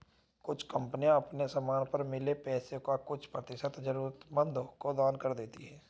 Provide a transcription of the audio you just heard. कुछ कंपनियां अपने समान पर मिले पैसे का कुछ प्रतिशत जरूरतमंदों को दान कर देती हैं